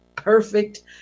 perfect